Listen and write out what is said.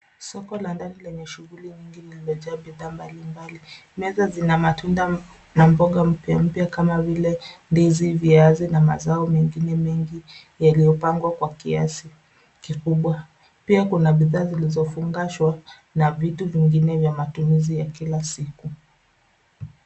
Soko la ndani lenye shunguli nyingi limejaa bidhaa mbalimbali. Meza zina matunda na mboga mpya, mpya kama vile: ndizi, viazi na mazao mengine mengi yaliyopangwa kwa kiasi kikubwa. Pia kuna bidhaa zilizofungashwa na vitu vingine vya matumizi ya kila siku.